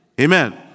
Amen